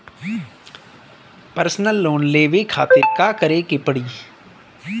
Personal loan लेवे खातिर का करे के पड़ी?